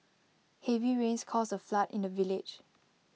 heavy rains caused A flood in the village